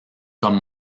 comme